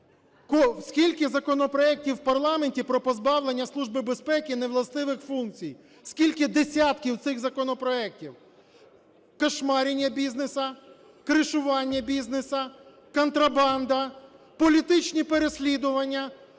Скільки законопроектів у парламенті про позбавлення Служби безпеки невластивих функцій, скільки десятків цих законопроектів? "Кошмарення" бізнесу, "кришування" бізнесу, контрабанда, політичні переслідування.